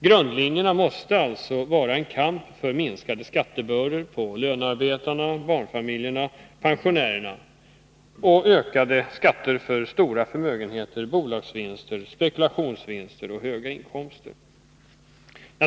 Grundlinjerna måste alltså vara en kamp för minskade skattebördor på lönarbetarna, barnfamiljerna och pensionärerna samt ökade skatter för stora förmögenheter, bolagsvinster, spekulationsvinster och höga inkomster.